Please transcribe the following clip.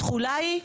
התחולה היא,